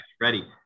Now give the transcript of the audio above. ready